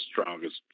strongest